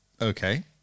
Okay